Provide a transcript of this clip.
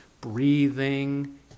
Breathing